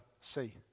see